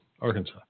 Arkansas